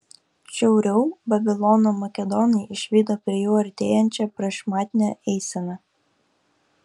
šiauriau babilono makedonai išvydo prie jų artėjančią prašmatnią eiseną